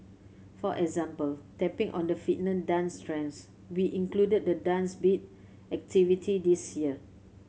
for example tapping on the dance trends we included the Dance Beat activity this year